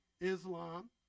Islam